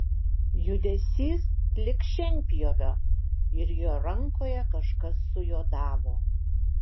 judesys lyg šienpjovio ir jo rankoje kažkas sujuodavo